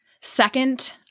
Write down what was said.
Second